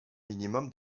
minimum